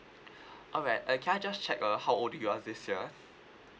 alright uh can I just check uh how old you are this year